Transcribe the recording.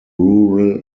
rural